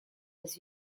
was